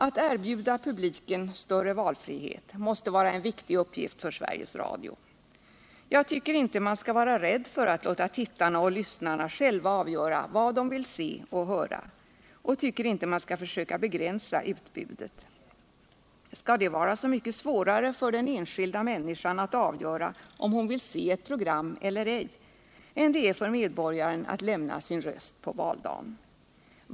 Att erbjuda publiken större valfrihet måste vara en viktig uppgift för Sveriges Radio. Jag tycker inte man skall vara rädd för att låta tittarna och lyssnarna själva avgöra vad de vill se och höra, och tycker inte att man skall försöka begränsa utbudet. Skall det vara så mycket svårare för den enskilda människan att avgöra om hon vill se ett program eller ej, än det är för medborgaren att lämna sin röst på valdagen?